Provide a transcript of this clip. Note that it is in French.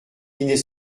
dîner